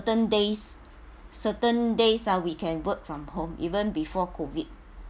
certain days certain days ah we can work from home even before COVID